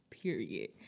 Period